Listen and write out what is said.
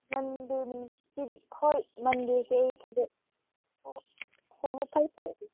ꯃꯟꯗꯦ ꯅꯨꯃꯤꯠꯀꯤ ꯍꯣꯏ ꯃꯟꯗꯦꯁꯦ ꯑꯩ ꯊꯕꯛ ꯍꯣ ꯍꯣꯏ